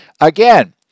again